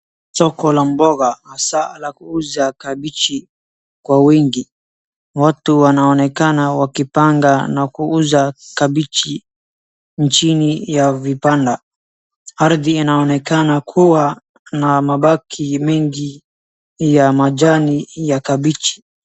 soko la mboga hasaa la kuuza kabichi kwa wingi watu wanaonekana wakipanga na kuuza kabichi chini ya vibanda ardhi inaonekana kuwa na mabaki mengi ya majani ya kabichi